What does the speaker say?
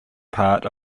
part